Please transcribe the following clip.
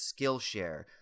Skillshare